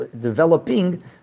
developing